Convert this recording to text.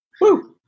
woo